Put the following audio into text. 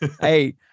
Hey